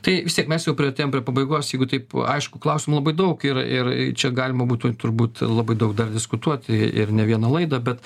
tai vis tiek mes jau priartėjom prie pabaigos jeigu taip aišku klausimų labai daug ir ir čia galima būtų turbūt labai daug dar diskutuoti ir ne vieną laidą bet